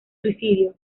suicidio